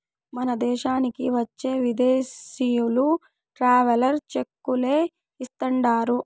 మన దేశానికి వచ్చే విదేశీయులు ట్రావెలర్ చెక్కులే ఇస్తాండారు